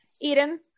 Eden